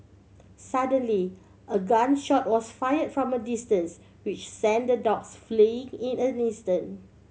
suddenly a gun shot was fire from a distance which sent the dogs fleeing in an instant